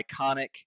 iconic